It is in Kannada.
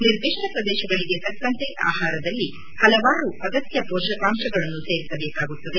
ನಿರ್ದಿಷ್ಲ ಪ್ರದೇಶಗಳಿಗೆ ತಕ್ಕಂತೆ ಆಹಾರದಲ್ಲಿ ಪಲವಾರು ಅಗತ್ನ ಶೋಷಕಾಂಶಗಳನ್ನು ಸೇರಿಸಬೇಕಾಗುತ್ತದೆ